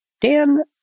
dan